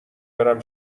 برم